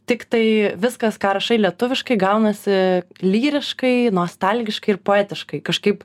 tiktai viskas ką rašai lietuviškai gaunasi lyriškai nostalgiškai ir poetiškai kažkaip